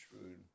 food